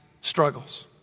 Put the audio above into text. struggles